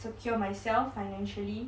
secure myself financially